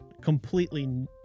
completely